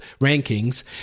rankings